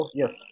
yes